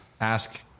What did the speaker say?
ask